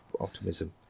optimism